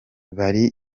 byari